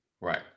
Right